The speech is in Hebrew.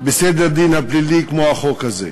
בסדר הדין הפלילי, כמו החוק הזה.